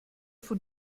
von